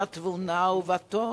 בתבונה ובטוב,